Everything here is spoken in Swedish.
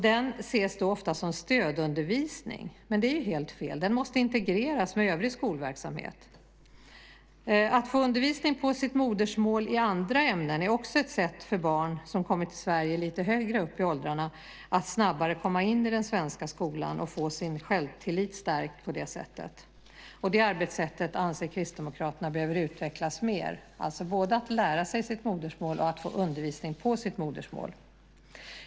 Den ses ofta som stödundervisning, men det är helt fel. Den måste integreras med övrig skolverksamhet. Att få undervisning på sitt modersmål i andra ämnen är också ett sätt för barn som kommit till Sverige lite högre upp i åldrarna att snabbare komma in i den svenska skolan och få sin självtillit stärkt. Det arbetssättet anser Kristdemokraterna behöver utvecklas mer. Det handlar både om att lära sig sitt modersmål och om att få undervisning på sitt modersmål.